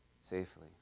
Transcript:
safely